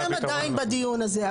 אתם עדיין בדיון הזה,